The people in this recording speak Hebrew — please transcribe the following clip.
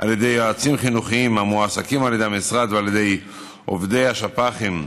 על ידי יועצים חינוכיים המועסקים על ידי המשרד ועל ידי עובדי השפ"חים,